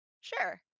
Sure